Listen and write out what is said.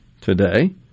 today